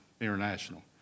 International